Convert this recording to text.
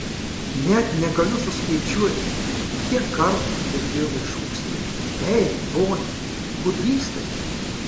net negaliu suskaičiuoti kiek kartų girdėjome šūksnį ei pone kur vykstate